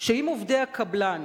שאם עובדי הקבלן